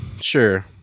Sure